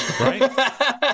Right